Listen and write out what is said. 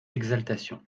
exaltation